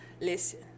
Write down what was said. listen